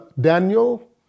Daniel